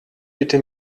bitte